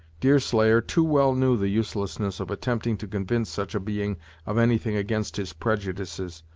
deerslayer too well knew the uselessness of attempting to convince such a being of anything against his prejudices,